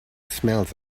smells